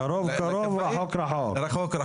קרוב-קרוב, רחוק-רחוק.